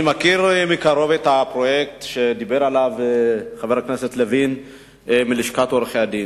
אני מכיר מקרוב את הפרויקט שדיבר עליו חבר הכנסת לוין בלשכת עורכי-הדין.